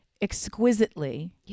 exquisitely